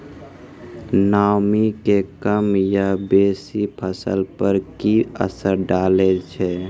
नामी के कम या बेसी फसल पर की असर डाले छै?